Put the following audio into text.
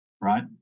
right